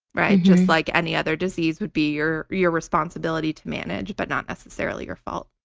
just like any other disease would be your your responsibility to manage, but not necessarily your fault.